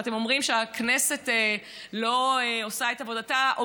ואתם אומרים שהכנסת לא עושה את עבודתה,